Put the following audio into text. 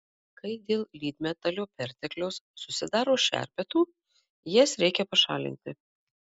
kai dėl lydmetalio pertekliaus susidaro šerpetų jas reikia pašalinti